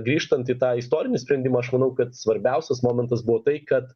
grįžtant į tą istorinį sprendimą aš manau kad svarbiausias momentas buvo tai kad